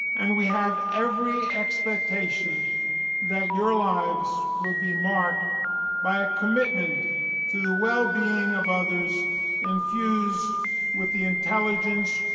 and we have every expectation that your lives will be marked by a commitment to the well-being of others infused with the intelligence,